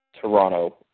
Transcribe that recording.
Toronto